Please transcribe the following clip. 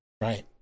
right